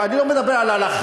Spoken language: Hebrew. אני לא מדבר על ההלכה,